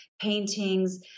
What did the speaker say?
paintings